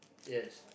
yes